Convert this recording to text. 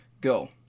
go